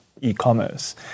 e-commerce